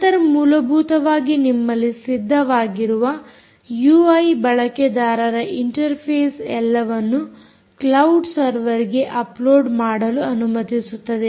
ನಂತರ ಮೂಲಭೂತವಾಗಿ ನಿಮ್ಮಲ್ಲಿ ಸಿದ್ಧವಾಗಿರುವ ಯೂಐ ಬಳಕೆದಾರರ ಇಂಟರ್ಫೇಸ್ ಎಲ್ಲವನ್ನೂ ಕ್ಲೌಡ್ ಸರ್ವರ್ಗೆ ಅಪ್ಲೋಡ್ ಮಾಡಲು ಅನುಮತಿಸುತ್ತದೆ